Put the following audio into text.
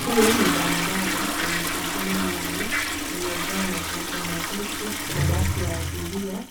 Hii ni barabara yenye shughuli nyingi. Iliyojaa majengo marefu, mabasi ya abiria